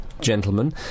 gentlemen